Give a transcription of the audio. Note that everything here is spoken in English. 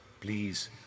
Please